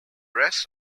rest